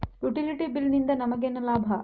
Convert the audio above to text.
Utility bill ನಿಂದ್ ನಮಗೇನ ಲಾಭಾ?